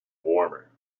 warmer